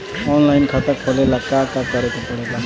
Online खाता खोले ला का का करे के पड़े ला?